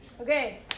Okay